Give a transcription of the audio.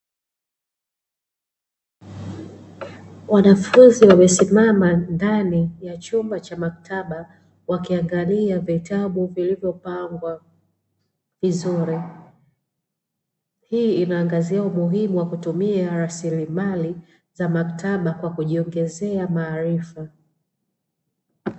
Wanafunzi wamesimama ndani ya chumba cha maktaba, wakiangalia vitabu vilivyopangwa vizuri. Hii inaangazia umuhimu wa kutumia rasilimali za maktaba kwa kujiongezea maarifa.